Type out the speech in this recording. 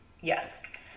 yes